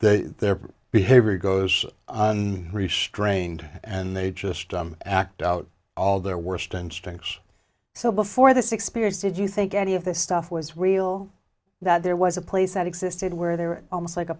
they their behavior goes on restrained and they just act out all their worst instincts so before this experience did you think any of this stuff was real that there was a place that existed where they were almost like a